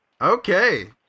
Okay